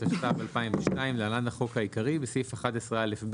התשס"ב 2002‏ (להלן החוק העיקרי) בסעיף 11א(ב),